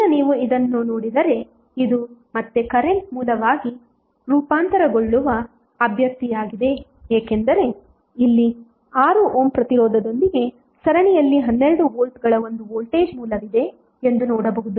ಈಗ ನೀವು ಇದನ್ನು ನೋಡಿದರೆ ಇದು ಮತ್ತೆ ಕರೆಂಟ್ ಮೂಲವಾಗಿ ರೂಪಾಂತರಗೊಳ್ಳುವ ಅಭ್ಯರ್ಥಿಯಾಗಿದೆ ಏಕೆಂದರೆ ಇಲ್ಲಿ 6 ಓಮ್ ಪ್ರತಿರೋಧದೊಂದಿಗೆ ಸರಣಿಯಲ್ಲಿ 12 ವೋಲ್ಟ್ಗಳ ಒಂದು ವೋಲ್ಟೇಜ್ ಮೂಲವಿದೆ ಎಂದು ನೋಡಬಹುದು